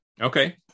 Okay